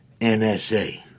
nsa